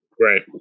Right